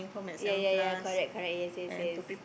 yea yea yea correct correct yes yes yes